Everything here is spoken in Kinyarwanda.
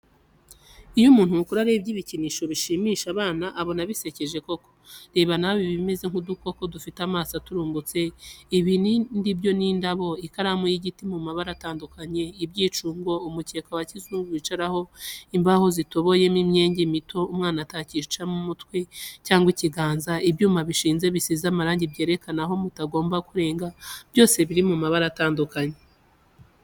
Iyo umuntu mukuru arebye ibikinisho bishimisha abana abona bisekeje koko, reba nawe ibimeze nk'udukoko dufite amaso aturumbutse, ibindi byo ni indabo, ikaramu y'igiti mu mabara atandukanye, ibyicungo, umukeka wa kizungu bicaraho, imbaho zitoboyemo imyenge mito umwana atacishamo umutwe cyangwa ikiganza, ibyuma bishinze bisize amarangi byerekana aho mutagomba kurenga, byose biri mu mabara atandukanye.